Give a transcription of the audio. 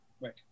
Right